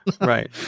Right